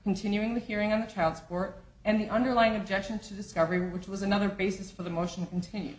continuing the hearing of the child support and the underlying objection to discovery which was another basis for the motion continue